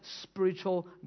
spiritual